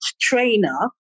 trainer